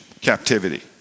captivity